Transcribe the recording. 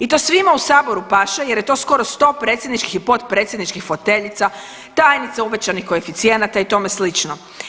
I to svima u saboru paše jer je to skoro 100 predsjedničkih i potpredsjedničkih foteljica, tajnica, uvećanih koeficijenata i tome slično.